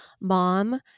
mom